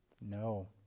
no